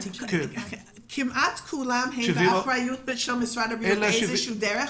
כמעט כולם באחריות משרד הבריאות באיזושהי דרך.